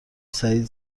سعید